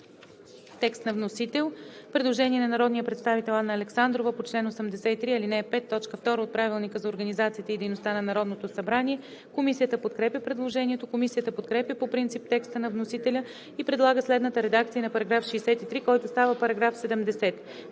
По § 63 има предложение на народния представител Анна Александрова по чл. 83, ал. 5, т. 2 от Правилника за организацията и дейността на Народното събрание. Комисията подкрепя предложението. Комисията подкрепя по принцип текста на вносителя и предлага следната редакция на § 63, който става § 70: „§ 70.